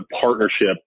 partnership